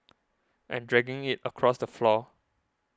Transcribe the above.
and dragging it across the floor